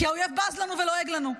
כי האויב בז לנו ולועג לנו.